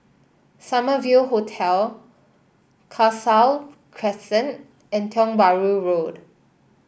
Summer View Hotel Crescent and Tiong Bahru Road